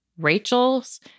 Rachel's